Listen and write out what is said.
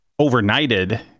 overnighted